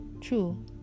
True